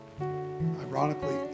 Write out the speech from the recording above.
ironically